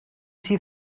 sie